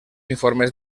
informes